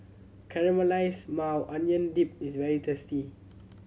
Caramelized Maui Onion Dip is very tasty